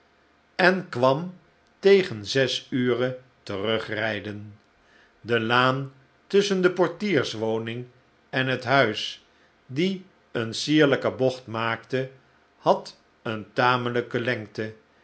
en kwam tegen zes ure terugrijden de laan tusschen de portierswoning en het huis die eene sierlijke bocht maakte had eene tamelijke lengte